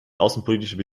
außenpolitischen